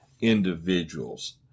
individuals